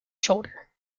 shoulder